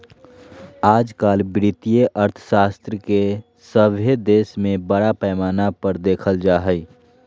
आजकल वित्तीय अर्थशास्त्र के सभे देश में बड़ा पैमाना पर देखल जा हइ